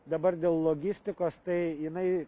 dabar dėl logistikos tai jinai